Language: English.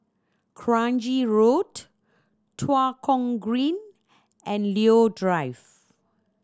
Kranji Road Tua Kong Green and Leo Drive